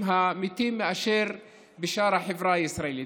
המתים הוא פי שמונה מאשר בשאר החברה הישראלית.